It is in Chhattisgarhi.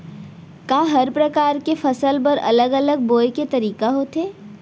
का हर प्रकार के फसल बर अलग अलग बोये के तरीका होथे?